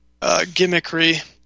gimmickry